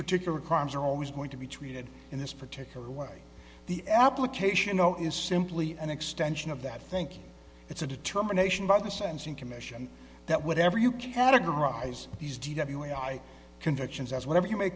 particular crimes are always going to be treated in this particular way the application though is simply an extension of that think it's a determination by the sentencing commission that whatever you categorize these dwi convictions as whatever you may